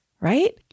right